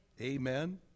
Amen